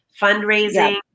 fundraising